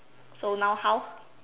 so now how